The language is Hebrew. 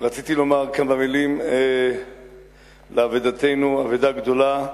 הייתי רוצה לומר כמה מלים על אבדתנו, אבדה גדולה,